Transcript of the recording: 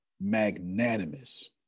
magnanimous